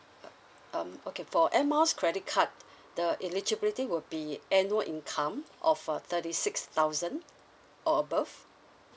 uh um okay for air miles credit card the eligibility will be annual income of uh thirty six thousand or above